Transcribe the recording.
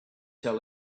tell